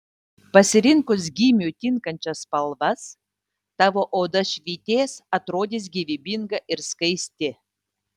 pasirinkus gymiui tinkančias spalvas tavo oda švytės atrodys gyvybinga ir skaisti